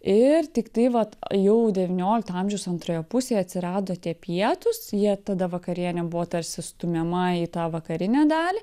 ir tiktai vat jau devyniolikto amžiaus antroje pusėje atsirado tie pietūs jie tada vakarienė buvo tarsi stumiama į tą vakarinę dalį